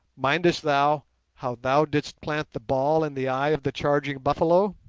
mindest thou how thou didst plant the ball in the eye of the charging buffalo